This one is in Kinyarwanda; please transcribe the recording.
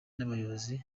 n’abayobozi